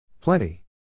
Plenty